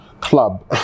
club